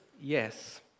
yes